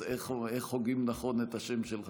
אז איך הוגים נכון את השם שלך?